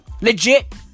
Legit